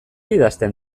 idazten